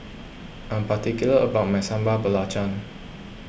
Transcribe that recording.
I'm particular about my Sambal Belacan